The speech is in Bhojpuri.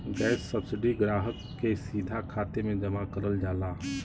गैस सब्सिडी ग्राहक के सीधा खाते में जमा करल जाला